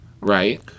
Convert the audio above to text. right